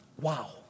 Wow